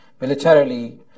Militarily